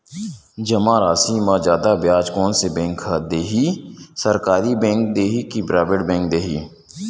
जमा राशि म जादा ब्याज कोन से बैंक ह दे ही, सरकारी बैंक दे हि कि प्राइवेट बैंक देहि?